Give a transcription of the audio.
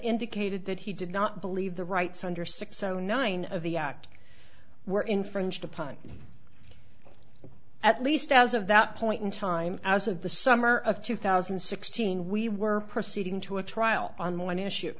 indicated that he did not believe the rights under six zero nine of the act were infringed upon at least as of that point in time as of the summer of two thousand and sixteen we were proceeding to a trial on one issue